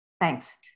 Thanks